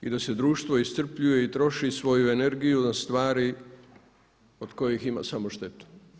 I da se društvo iscrpljuje i troši svoju energiju na stvari od kojih ima samo štetu.